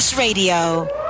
Radio